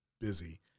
busy